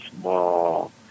small